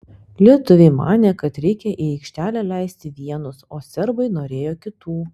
lietuviai manė kad reikia į aikštelę leisti vienus o serbai norėjo kitų